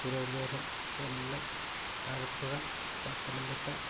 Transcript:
Thiruvananthapuram Kollam Alappuzha Pathanamthitta